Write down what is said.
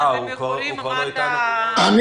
אני